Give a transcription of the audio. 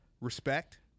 respect